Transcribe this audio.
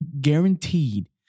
guaranteed